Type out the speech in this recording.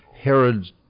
Herod